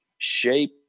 shape